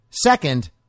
Second